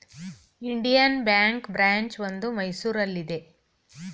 Indian ಬ್ಯಾಂಕ್ನ branch ಒಂದು ಮೈಸೂರಲ್ಲಿದೆ